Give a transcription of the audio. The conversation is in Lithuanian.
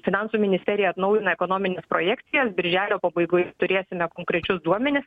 finansų ministerija atnaujina ekonomines projekcijas birželio pabaigoj turėsime konkrečius duomenis